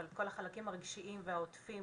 אבל את כל החלקים הרגשיים והעוטפים